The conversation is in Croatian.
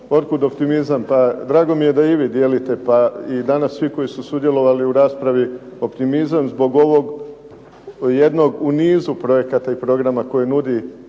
Otkud optimizam? Pa drago mi je da i vi dijelite, pa i danas svi koji su sudjelovali u raspravi, optimizam zbog ovog jednog u nizu projekata i programa koji nudi